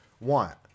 want